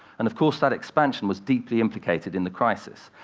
and of course, that expansion was deeply implicated in the crisis.